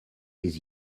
les